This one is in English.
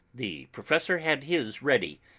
the professor had his ready,